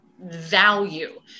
Value